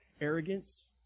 Arrogance